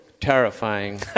Terrifying